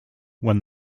when